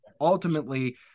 ultimately